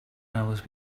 hours